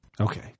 Okay